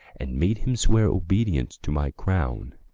and made him swear obedience to my crown.